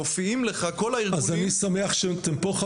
מופיעים לך כל הארגונים --- אז אני שמח שאתם פה,